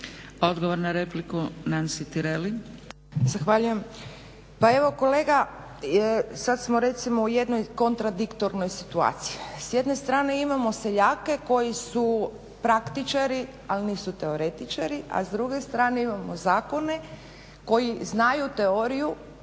- Stranka rada)** Zahvaljujem. Pa evo kolega sad smo recimo u jednoj kontradiktornoj situaciji. S jedne strane imamo seljake koji su praktičari, ali nisu teoretičari, a s druge strane imamo zakone koji znaju teoriju